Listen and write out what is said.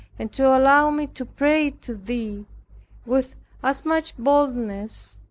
and to allow me to pray to thee with as much boldness,